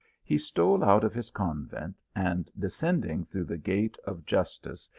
he stole out of his convent, and, descending through the gate of justice,